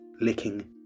Licking